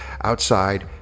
outside